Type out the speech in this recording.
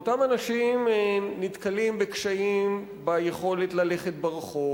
אותם אנשים נתקלים בקשיים ביכולת ללכת ברחוב,